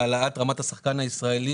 להעלאת רמת השחקן הישראלי